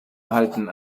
erhalten